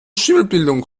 schimmelbildung